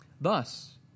Thus